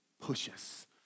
pushes